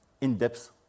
in-depth